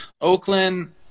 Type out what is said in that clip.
Oakland